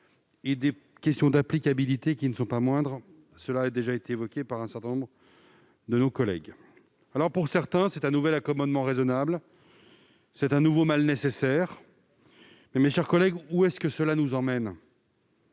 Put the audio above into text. et des questions d'applicabilité qui ne sont pas moindres, comme cela a déjà été évoqué par un certain nombre de nos collègues. Pour certains, c'est un nouvel accommodement raisonnable, un nouveau mal nécessaire. Mes chers collègues, où cela nous emmène-t-il